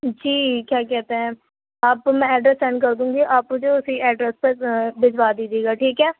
جی کیا کہتے ہیں آپ کو میں ایڈریس سینڈ کر دوں گی آپ مجھے اُسی ایڈرس پر بھیجوا دیجیے گا ٹھیک ہے